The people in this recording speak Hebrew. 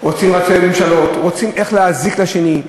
רוצים להיות ראש ממשלה, רוצים להזיק לשני.